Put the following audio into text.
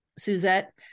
Suzette